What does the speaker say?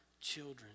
children